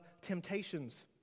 temptations